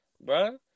bro